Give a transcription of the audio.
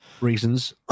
reasons